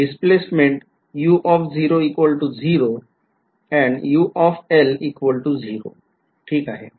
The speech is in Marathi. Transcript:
Displacement ठीक आहे